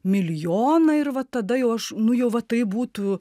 milijoną ir va tada jau aš nu jau va taip būtų